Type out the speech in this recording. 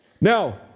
Now